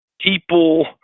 People